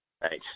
Thanks